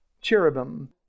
cherubim